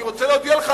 אני רוצה להזכיר לך,